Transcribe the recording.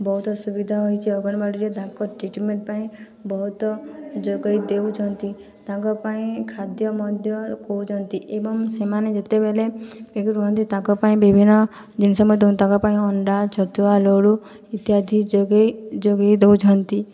ବହୁତ ସୁବିଧା ହୋଇଛି ଅଙ୍ଗନୱାଡ଼ିରେ ତାଙ୍କ ଟ୍ରିଟମେଣ୍ଟ ପାଇଁ ବହୁତ ଯୋଗାଇ ଦେଉଛନ୍ତି ତାଙ୍କ ପାଇଁ ଖାଦ୍ୟ ମଧ୍ୟ କହୁଛନ୍ତି ଏବଂ ସେମାନେ ଯେତେବେଳେ ରୁହନ୍ତି ତାଙ୍କ ପାଇଁ ବିଭିନ୍ନ ଜିନିଷ ମଧ୍ୟ ତାଙ୍କ ପାଇଁ ଅଣ୍ଡା ଛତୁଆ ଲଡ଼ୁ ଇତ୍ୟାଦି ଯୋଗାଇ ଯୋଗାଇ ଦେଉଛନ୍ତି